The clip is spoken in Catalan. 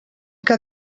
que